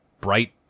bright